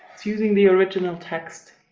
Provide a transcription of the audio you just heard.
it's using the original text.